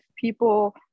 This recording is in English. people